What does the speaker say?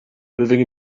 moving